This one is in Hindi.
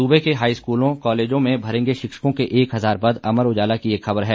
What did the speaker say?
सूबे के हाई स्कूलों कॉलेजों में भरेंगे शिक्षकों के एक हजार पद अमर उजाला की एक ख़बर है